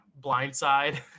Blindside